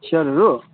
चियरहरू